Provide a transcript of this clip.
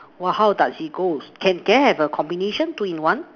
!wah! how does it goes can can I have a combination two in one